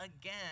again